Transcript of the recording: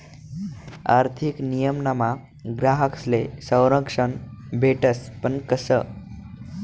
आर्थिक नियमनमा ग्राहकस्ले संरक्षण भेटस पण कशं